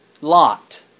Lot